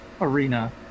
Arena